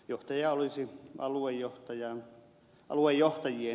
johtaja olisi aluejohtajien esimies